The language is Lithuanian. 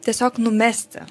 tiesiog numesti